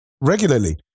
regularly